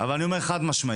אבל אני אומר חד משמעית,